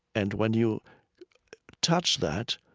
and when you touch that,